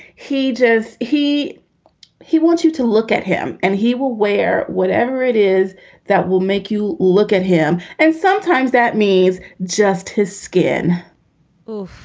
he does. he he wants you to look at him and he will wear whatever it is that will make you look at him. and sometimes that means just his skin oh,